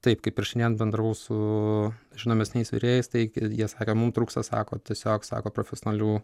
taip kaip ir šiandien bendravau su žinomesniais virėjais tai jie sakė mum trūksta sako tiesiog sako profesionalių